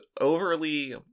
overly